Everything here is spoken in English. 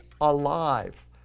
alive